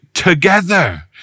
together